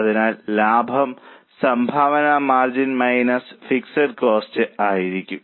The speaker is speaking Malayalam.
അതിനാൽ ലാഭം സംഭാവന മാർജിൻ മൈനസ് ഫിക്സഡ് കോസ്റ്റ് ആയിരിക്കും